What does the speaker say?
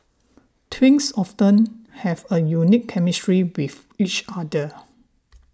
twins often have a unique chemistry with each other